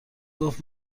گفت